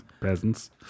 Peasants